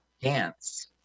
dance